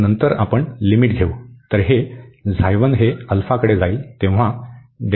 तर नंतर आपण लिमिट घेऊ